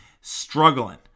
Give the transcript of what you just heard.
struggling